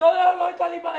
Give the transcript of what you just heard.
אתו לא הייתה לי בעיה.